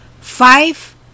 five